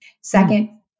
Second